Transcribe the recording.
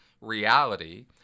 reality